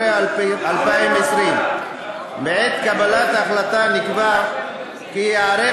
2016 2020. בעת קבלת ההחלטה נקבע כי ייערך